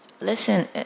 Listen